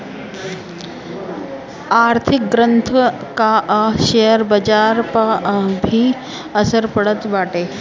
आर्थिक ग्रोथ कअ शेयर बाजार पअ भी असर पड़त बाटे